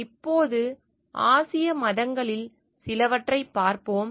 இப்போது ஆசிய மதங்களில் சிலவற்றைப் பார்ப்போம்